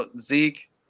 Zeke